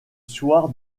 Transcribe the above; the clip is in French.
soir